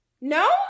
No